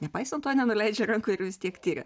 nepaisant to nenuleidžia rankų ir vis tiek tiria